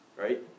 right